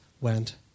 went